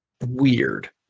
weird